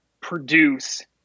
produce